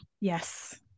Yes